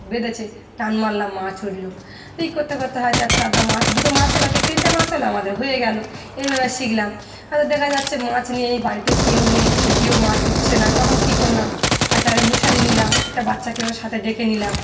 বেঁধেছে টান মারলাম মাছ উঠলো এই করতে করতে হয়তো একটা আা মাছ দুটো মাছ হালো কে তিনটা মাছ হালো আমাদের হয়ে গেলো এইভাবে শিখলাম হয়ত দেখা যাচ্ছে মাছ নেই বাড়িতে কেউ নেই ছিপিতেও মাছ উঠছে না তখন কী করলাম একটা আরে মশারি নিলাম একটা বাচ্চাকেও সাথে ডেকে নিলাম